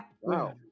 Wow